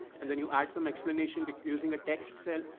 and then you add some explanation using a text cell.